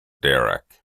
derrick